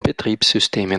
betriebssystemen